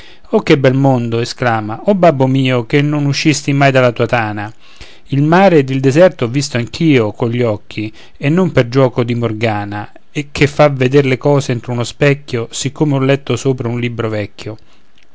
o che bel mondo esclama o babbo mio che non uscisti mai dalla tua tana il mare ed il deserto ho visto anch'io cogli occhi e non per giuoco di morgana che fa veder le cose entro uno specchio siccome ho letto sopra un libro vecchio